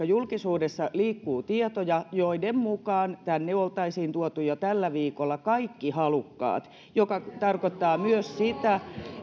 julkisuudessa liikkuu tietoja joiden mukaan tänne oltaisiin tuotu jo tällä viikolla kaikki halukkaat mikä tarkoittaa myös sitä